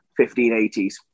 1580s